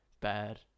bad